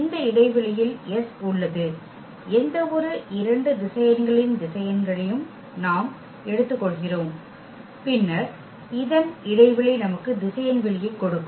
இந்த இடைவெளியில் S உள்ளது எந்தவொரு இரண்டு திசையன்களின் திசையன்களையும் நாம் எடுத்துக்கொள்கிறோம் பின்னர் இதன் இடைவெளி நமக்கு திசையன் வெளியை கொடுக்கும்